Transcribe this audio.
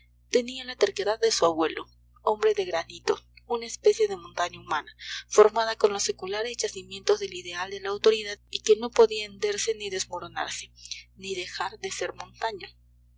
tenía la terquedad de su abuelo hombre de granito una especie de montaña humana formada con los seculares yacimientos del ideal de la autoridad y que no podía henderse ni desmoronarse ni dejar de ser montaña